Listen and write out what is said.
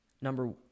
Number